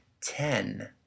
ten